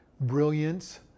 brilliance